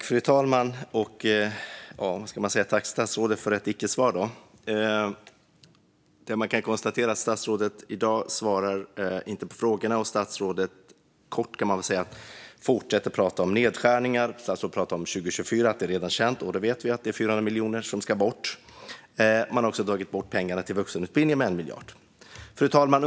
Fru talman! Jag tackar statsrådet för ett icke-svar. Man kan konstatera att statsrådet inte svarar på frågorna. Statsrådet fortsätter att prata om nedskärningar. Statsrådet pratar om 2024 och det som redan är känt, nämligen att 400 miljoner ska bort. Man har också dragit bort 1 miljard från vuxenutbildningen. Fru talman!